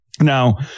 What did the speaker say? Now